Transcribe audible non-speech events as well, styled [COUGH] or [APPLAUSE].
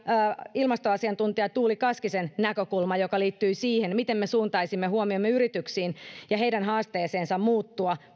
ilmastoasiantuntija tuuli kaskisen näkökulma joka liittyi siihen miten me suuntaisimme huomiomme yrityksiin ja heidän haasteeseensa muuttua [UNINTELLIGIBLE]